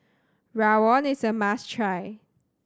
Rawon is a must try